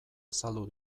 azaldu